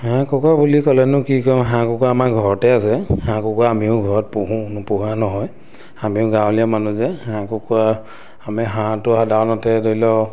হাঁহ কুকুৰা বুলি ক'লেনো কি ক'ম হাঁহ কুকুৰা আমাৰ ঘৰতে আছে হাঁহ কুকুৰা আমিও ঘৰত পোহোঁ নোপোহা নহয় আমিও গাঁৱলীয়া মানুহ যে হাঁহ কুকুৰা আমি হাঁহটো সাধাৰণতে ধৰি লওক